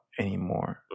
anymore